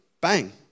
Bang